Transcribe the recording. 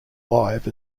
live